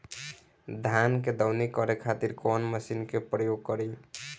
धान के दवनी करे खातिर कवन मशीन के प्रयोग करी?